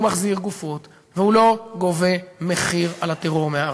והוא מחזיר גופות והוא לא גובה מחיר על הטרור מהערבים.